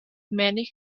many